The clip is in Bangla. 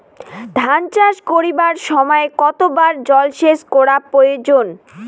ধান চাষ করিবার সময় কতবার জলসেচ করা প্রয়োজন?